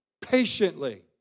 patiently